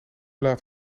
laat